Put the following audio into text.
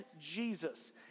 Jesus